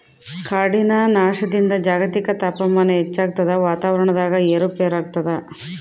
ಕಾಡಿನ ನಾಶದಿಂದ ಜಾಗತಿಕ ತಾಪಮಾನ ಹೆಚ್ಚಾಗ್ತದ ವಾತಾವರಣದಾಗ ಏರು ಪೇರಾಗ್ತದ